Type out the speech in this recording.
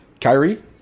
Kyrie